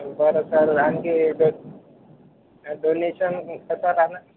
बरं सर आणखी the donation कसं राहणार